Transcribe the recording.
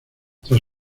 tras